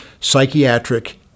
psychiatric